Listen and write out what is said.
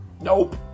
nope